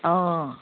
অঁ